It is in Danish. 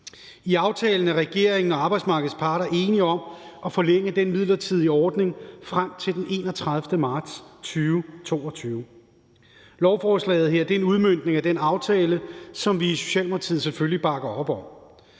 I aftalen er regeringen og arbejdsmarkedets parter enige om at forlænge den midlertidige ordning frem til den 31. marts 2022. Lovforslaget her er en udmøntning af den aftale, som vi i Socialdemokratiet selvfølgelig